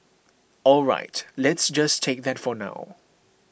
all right let's just take that for now